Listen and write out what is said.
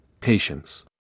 Patience